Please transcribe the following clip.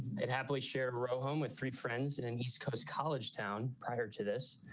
and happily share her ah home with three friends and and east coast college town. prior to this,